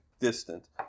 distant